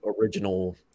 original